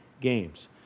Games